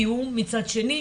קיום מצד שני,